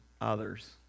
others